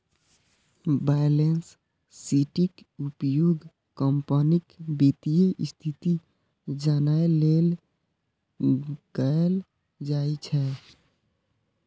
balance शीटक उपयोग कंपनीक वित्तीय स्थिति जानै लेल कैल जाइ छै